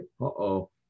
uh-oh